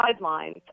guidelines